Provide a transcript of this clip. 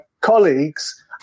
colleagues